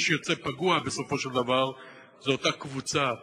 מי שיוצא פגוע בסופו של דבר זו אותה קבוצה,